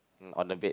on the bed